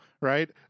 Right